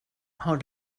har